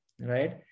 right